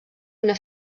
una